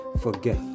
forget